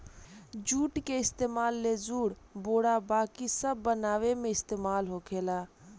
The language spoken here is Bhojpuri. जुट के इस्तेमाल लेजुर, बोरा बाकी सब बनावे मे इस्तेमाल होखेला